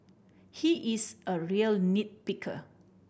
he is a real nit picker